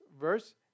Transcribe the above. verse